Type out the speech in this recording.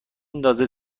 ندازه